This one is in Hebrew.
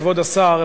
כבוד השר,